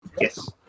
Yes